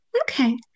okay